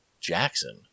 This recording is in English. Jackson